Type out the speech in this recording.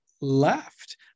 left